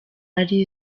ari